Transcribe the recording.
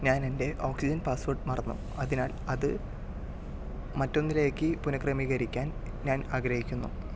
ഞാൻ എൻ്റെ oxygen password മറന്നു അതിനാൽ അത് മറ്റൊന്നിലേക്ക് പുന ക്രമീകരിക്കാൻ ഞാൻ ആഗ്രഹിക്കുന്നു